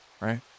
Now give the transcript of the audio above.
right